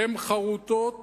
הן חרוטות